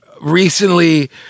recently